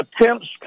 attempts